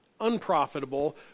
unprofitable